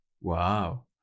Wow